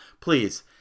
please